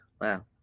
Wow